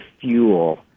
fuel